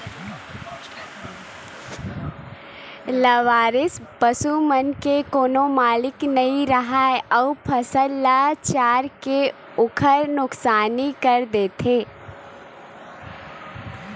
लवारिस पसू मन के कोनो मालिक नइ राहय अउ फसल ल चर के ओखर नुकसानी कर देथे